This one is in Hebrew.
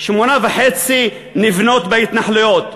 שמונה וחצי נבנות בהתנחלויות".